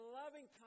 loving